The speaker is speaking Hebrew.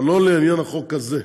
אבל לא לעניין החוק הזה.